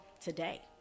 today